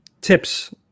tips